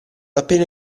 appena